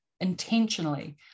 intentionally